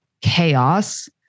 chaos